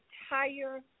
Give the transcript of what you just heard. entire